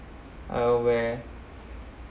uh where